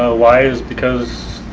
ah why is because